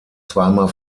zweimal